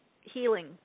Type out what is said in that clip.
healing